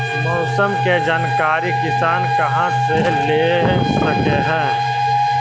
मौसम के जानकारी किसान कहा से ले सकै है?